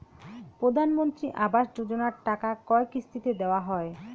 প্রধানমন্ত্রী আবাস যোজনার টাকা কয় কিস্তিতে দেওয়া হয়?